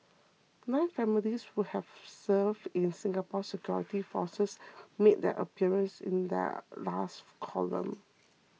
nine families who have served in Singapore's security forces made their appearance in their last column